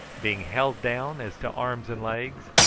being held down as to arms and legs,